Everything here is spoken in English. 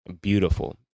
beautiful